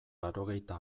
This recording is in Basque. laurogeita